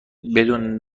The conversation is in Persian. بدون